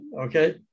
okay